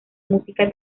música